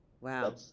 Wow